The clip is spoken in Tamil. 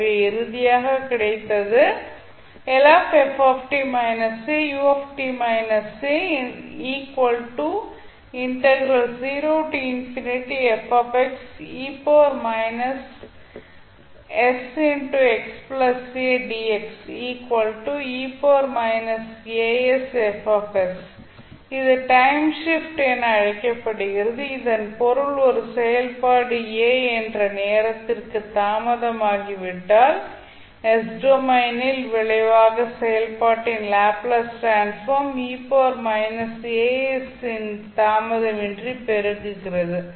எனவே இறுதியாக கிடைத்தது இது டைம் ஷிப்ட் என அழைக்கப்படுகிறது இதன் பொருள் ஒரு செயல்பாடு a என்ற நேரத்திற்கு தாமதமாகிவிட்டால் s டொமைனில் விளைவாக செயல்பாட்டின் லாப்ளேஸ் டிரான்ஸ்ஃபார்ம் தாமதமின்றி பெருக்குகிறது